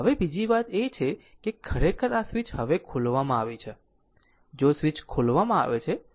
હવે બીજી વાત એ છે કે ખરેખર આ સ્વીચ હવે ખોલવામાં આવી છે જો સ્વીચ ખોલવામાં આવે છે